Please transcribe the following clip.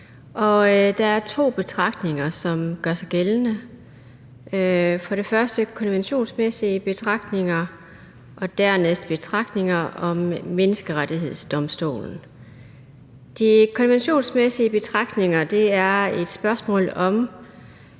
Der er to betragtninger, der gør sig gældende. Der er for det første konventionsmæssige betragtninger og for det andet betragtninger i forhold til Menneskerettighedsdomstolen. De konventionsmæssige betragtninger er et spørgsmål om,